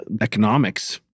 economics